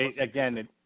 again